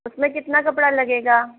उसमें कितना कपड़ा लगेगा